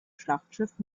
schlachtschiff